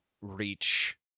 reach